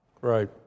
Right